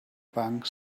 bank